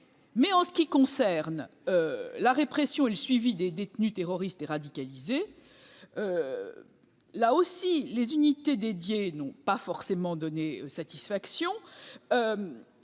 En matière de répression et de suivi des détenus terroristes et radicalisés, les unités dédiées n'ont pas forcément donné satisfaction.